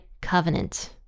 covenant